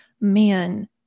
man